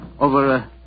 Over